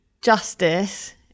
justice